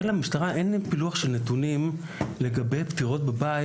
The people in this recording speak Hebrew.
למשטרה אין פילוח של נתונים לגבי מקרי מוות בבית.